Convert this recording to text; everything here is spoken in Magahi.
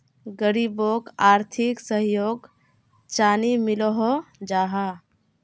गरीबोक आर्थिक सहयोग चानी मिलोहो जाहा?